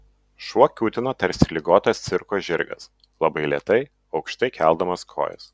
šuo kiūtino tarsi ligotas cirko žirgas labai lėtai aukštai keldamas kojas